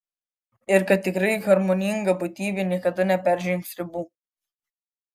ir kad tikrai harmoninga būtybė niekada neperžengs ribų